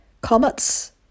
Comets